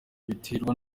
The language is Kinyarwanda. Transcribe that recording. biterwa